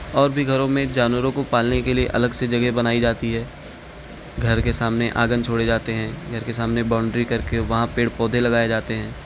اور بھی گھروں میں جانوروں کو پالنے کے لیے الگ سے جگہ بنائی جاتی ہے گھر کے سامنے آنگن چھوڑے جاتے ہیں گھر کے سامنے باؤنڈری کر کے وہاں پیڑ پودے لگائے جاتے ہیں